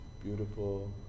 Beautiful